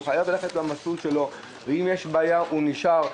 הוא חייב לנסוע במסלול שלו וגם אם יש בעיה הוא נשאר בו.